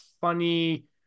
funny